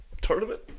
tournament